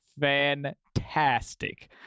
Fantastic